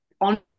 on